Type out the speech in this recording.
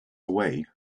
away